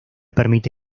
permite